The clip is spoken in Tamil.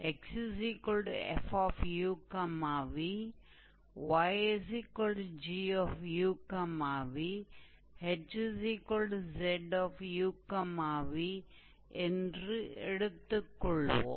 𝑥𝑓𝑢𝑣 𝑦𝑔𝑢𝑣 ℎ𝑧𝑢𝑣 என்று எடுத்துக் கொள்வோம்